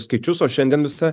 skaičius o šiandien visa